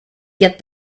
get